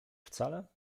wcale